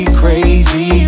crazy